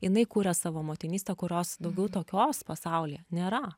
jinai kuria savo motinystę kurios daugiau tokios pasaulyje nėra